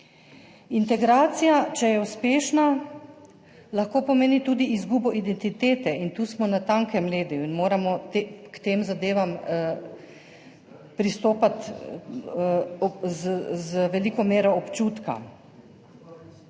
Integracija, če je uspešna, lahko pomeni tudi izgubo identitete in tu smo na tankem ledu in moramo k tem zadevam pristopati z veliko mero občutka…